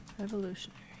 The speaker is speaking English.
Evolutionary